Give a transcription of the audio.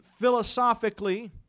philosophically